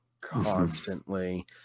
constantly